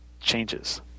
changes